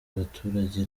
abaturage